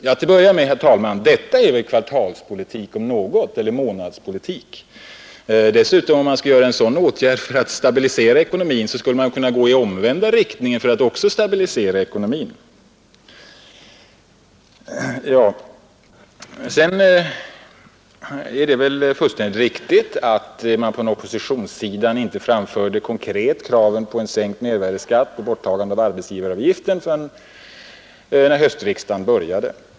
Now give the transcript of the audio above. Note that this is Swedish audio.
Till att börja med, herr talman: Detta är väl om något kvartalspolitik, eller månadspolitik! Och om man kan vidta en sådan åtgärd för att stabilisera ekonomin då skulle man väl också kunna gå i omvänd riktning för att stabilisera den nu. Det är fullständigt riktigt att vi från oppositionssidan inte konkret framförde kraven på en sänkt mervärdeskatt och borttagande av arbetsgivaravgiften förrän när höstriksdagen började.